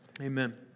Amen